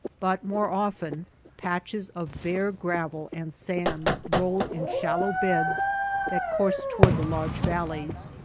but more often patches of bare gravel and sand rolled in shal low beds that course toward the large valleys.